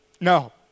No